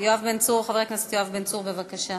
חבר הכנסת יואב בן צור, בבקשה.